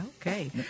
Okay